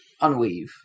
unweave